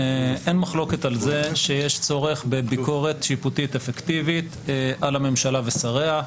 אין מחלוקת על זה שיש צורך בביקורת שיפוטית אפקטיבית על הממשלה ושריה,